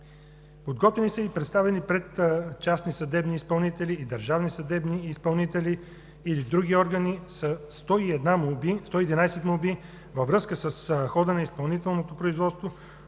Подготвени и представени пред частни съдебни изпълнители, държавни съдебни изпълнители или други органи са 111 молби във връзка с хода на изпълнителното производство,